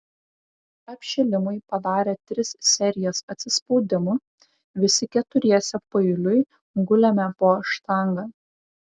apšilimui padarę tris serijas atsispaudimų visi keturiese paeiliui gulėme po štanga